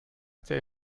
der